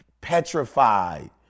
petrified